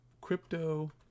Crypto